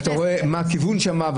ואתה רואה מה כיוון שם.